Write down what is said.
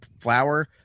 flour